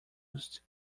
used